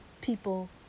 people